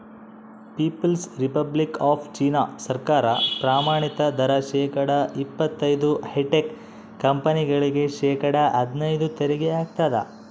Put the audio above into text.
people's republic of China ಸರ್ಕಾರ ಪ್ರಮಾಣಿತ ದರ ಶೇಕಡಾ ಇಪ್ಪತೈದು ಹೈಟೆಕ್ ಕಂಪನಿಗಳಿಗೆ ಶೇಕಡಾ ಹದ್ನೈದು ತೆರಿಗೆ ಹಾಕ್ತದ